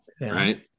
right